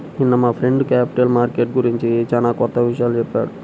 నిన్న మా friend capital market గురించి చానా కొత్త విషయాలు చెప్పాడు